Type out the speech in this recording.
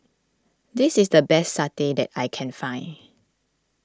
this is the best Satay that I can find